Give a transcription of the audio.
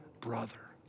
brother